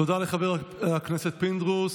תודה לחבר הכנסת פינדרוס.